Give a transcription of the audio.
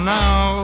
now